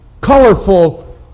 colorful